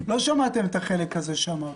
לא שמעתם את החלק הזה שאמרתי,